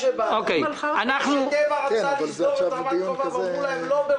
כשהנהלת טבע רצתה לסגור את המפעלים ברמת חובב אמרו להם: לא.